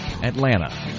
Atlanta